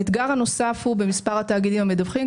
האתגר הנוסף הוא במספר התאגידים המדווחים.